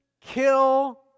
kill